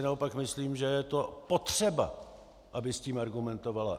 Naopak si myslím, že je to potřeba, aby tím argumentovala.